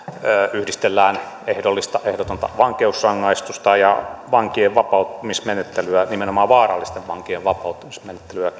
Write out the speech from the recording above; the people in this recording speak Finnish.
yhdistellään ehdollista ja ehdotonta vankeusrangaistusta ja kehitellään vankien vapauttamismenettelyä nimenomaan vaarallisten vankien vapauttamismenettelyä